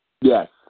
Yes